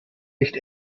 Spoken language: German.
nicht